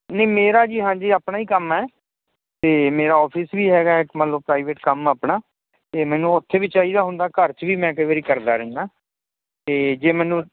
ਨਹੀਂ ਮੇਰਾ ਜੀ ਹਾਂਜੀ ਆਪਣਾ ਹੀ ਕੰਮ ਹੈ ਅਤੇ ਮੇਰਾ ਓਫਿਸ ਵੀ ਹੈਗਾ ਇੱਕ ਮੰਨ ਲਓ ਪ੍ਰਾਈਵੇਟ ਕੰਮ ਹੈ ਆਪਣਾ ਅਤੇ ਮੈਨੂੰ ਓੱਥੇ ਵੀ ਚਾਹੀਦਾ ਹੁੰਦਾ ਘਰ 'ਚ ਵੀ ਮੈਂ ਕਈ ਵਾਰੀ ਕਰਦਾ ਰਹਿੰਦਾ ਅਤੇ ਜੇ ਮੈਨੂੰ